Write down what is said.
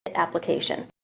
application,